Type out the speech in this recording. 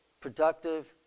productive